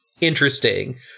interesting